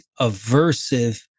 aversive